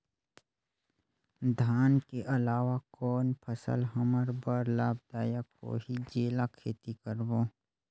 धान के अलावा कौन फसल हमर बर लाभदायक होही जेला खेती करबो?